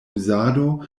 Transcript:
uzado